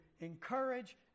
encourage